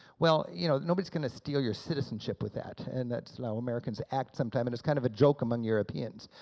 well, you know, nobody's going to steal your citizenship with that, and that's how americans act sometimes and it's kind of a joke among europeans.